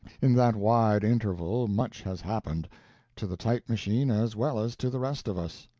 in that wide interval much has happened to the type-machine as well as to the rest of us.